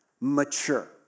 mature